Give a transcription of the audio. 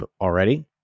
already